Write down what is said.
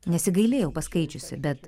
nesigailėjau paskaičiusi bet